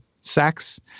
sex